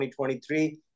2023